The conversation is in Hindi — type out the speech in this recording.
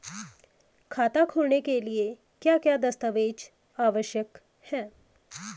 खाता खोलने के लिए क्या क्या दस्तावेज़ आवश्यक हैं?